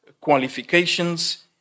qualifications